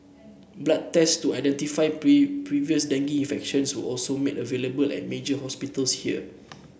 blood tests to identify previous dengue infection were also made available at major hospitals here